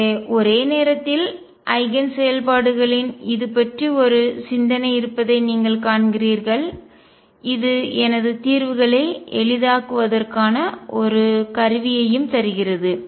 எனவேஒரே நேரத்தில் ஐகன் செயல்பாடுகளின் இது பற்றி ஒரு சிந்தனை இருப்பதை நீங்கள் காண்கிறீர்கள்இது எனது தீர்வுகளை எளிதாக்குவதற்கான ஒரு கருவியையும் தருகிறது